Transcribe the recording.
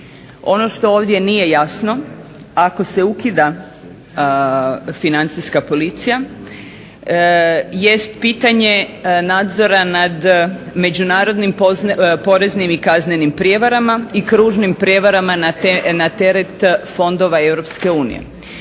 Ono što ovdje nije jasno, ako se ukida Financijska policija jest pitanje nadzora nad međunarodnim poreznim i kaznenim prijevarama i kružnim prijevarama na teret fondova